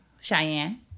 Cheyenne